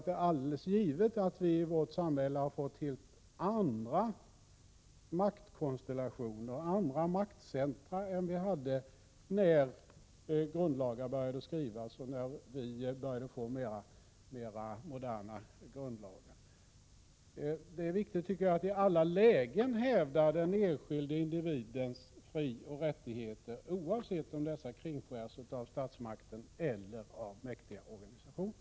Det är givet att vi i vårt samhälle har fått helt andra maktkonstella tioner och andra maktcentra än vi hade när grundlagar började skrivas och när vi började få mera moderna grundlagar. Det är viktigt att i alla lägen hävda den enskilde individens frioch rättigheter, oavsett om dessa kringskärs av statsmakten eller av mäktiga organisationer.